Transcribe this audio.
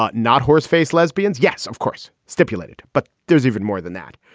not not horse face lesbians. yes, of course. stipulated. but there's even more than that.